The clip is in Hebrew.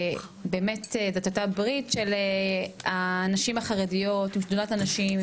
באמת זאת הייתה ברית של הנשים החרדיות עם שדולת הנשים,